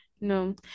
no